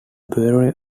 bureau